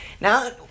Now